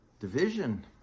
Division